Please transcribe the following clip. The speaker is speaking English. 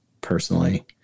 personally